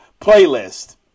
playlist